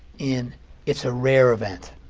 and it's a rare event.